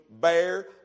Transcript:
bear